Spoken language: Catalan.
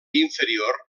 inferior